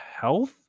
health